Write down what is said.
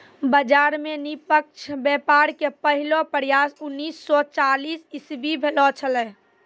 बाजार मे निष्पक्ष व्यापार के पहलो प्रयास उन्नीस सो चालीस इसवी भेलो छेलै